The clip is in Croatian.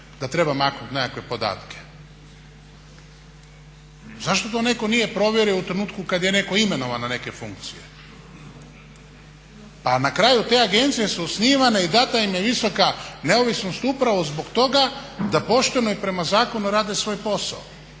da treba maknut nekakve podatke. Zašto to netko nije provjerio u trenutku kad je netko imenovan na neke funkcije? Pa na kraju te agencije su osnivane i data im je visoka neovisnost upravo zbog toga da pošteno i prema zakonu rade svoj posao,